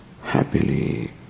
happily